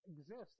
exist